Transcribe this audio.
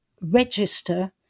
register